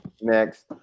next